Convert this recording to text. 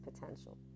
potential